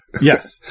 Yes